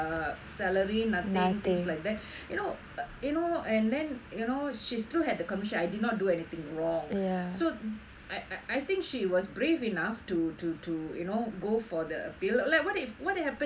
salary nothing things like that you know and then you know she still had the conviction I did not do anything wrong so I I I think she was brave enough to to to go for the appeal like what if what happens if